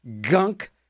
gunk